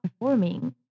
performing